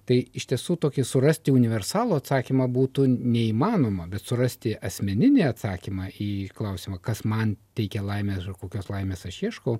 tai iš tiesų tokį surasti universalų atsakymą būtų neįmanoma bet surasti asmeninį atsakymą į klausimą kas man teikia laimę kokios laimės aš ieškau